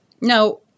Now